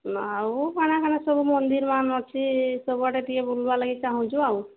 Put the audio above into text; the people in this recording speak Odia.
ଆଉ କା'ଣା କା'ଣା ସବୁ ମନ୍ଦିର ମାନ ଅଛି ସବୁଆଡ଼େ ଟିକେ ବୁଲ୍ବାର୍ ଲାଗି ଚାହୁଁଛୁ ଆଉ